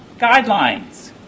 guidelines